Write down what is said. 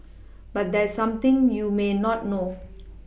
but there's something you may not know